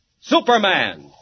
Superman